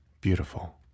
beautiful